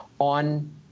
on